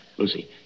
Lucy